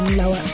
lower